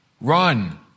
Run